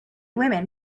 woman